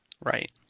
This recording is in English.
Right